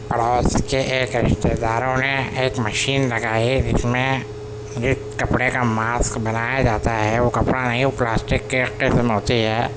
پڑوس کے ایک رشتے داروں نے ایک مشین لگائی جس میں جس کپڑے کا ماسک بنایا جاتا ہے وہ کپڑا نہیں وہ پلاسٹک کی ایک قسم ہوتی ہے